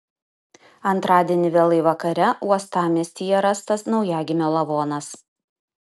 antradienį vėlai vakare uostamiestyje rastas naujagimio lavonas